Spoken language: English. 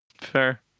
fair